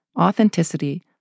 authenticity